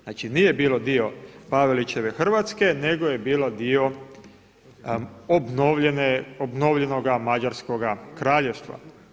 Znači nije bilo dio Pavelićeve Hrvatske nego je bilo dio obnovljenoga mađarskoga kraljevstva.